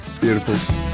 beautiful